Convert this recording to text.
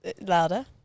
Louder